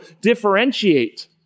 differentiate